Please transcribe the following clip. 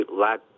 lack